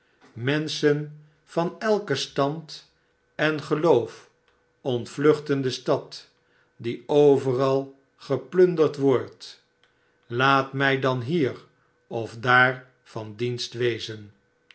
menschen van elken stand en geloof ontvluchten de stad die overal geplunderd wordt laat mij dan hier of daar van dienst wezen